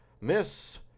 Miss